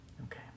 Okay